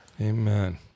Amen